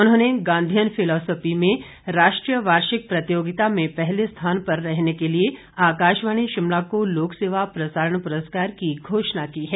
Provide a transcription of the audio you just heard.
उन्होंने Gandhian philosophy में राष्ट्रीय वार्षिक प्रतियोगिता में पहले स्थान पर रहने के लिए आकाशवाणी शिमला को लोक सेवा प्रसारण पुरस्कार की घोषणा की है